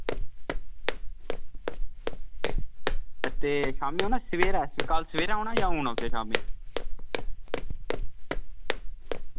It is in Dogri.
ते शामीं औना सबेरै औना जां हून औचै शामीं